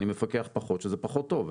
אני מפקח פחות - שזה פחות טוב.